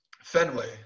Fenway